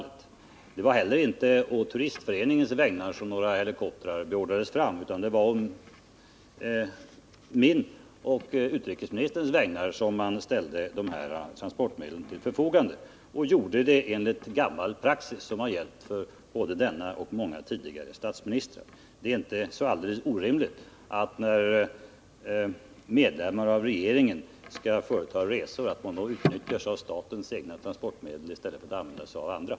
Det var inte heller på Svenska turistföreningens vägnar som helikoptrar beordrades fram, utan det var på mina och utrikesministerns vägnar som man ställde vissa transportmedel till förfogande. Detta gjordes enligt gammal praxis, som har gällt för både den nuvarande och många tidigare statsministrar. Det är inte så alldeles orimligt att medlemmarna av regeringen som skall företa resor utnyttjar statens egna transportmedel i stället för att använda andra sådana.